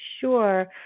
Sure